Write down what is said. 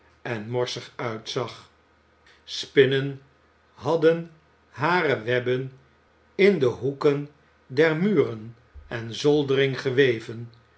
en morsig uitzag spinnen hadden hare webben in de hoeken der muren en zoldering geweven